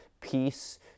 peace